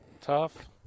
Tough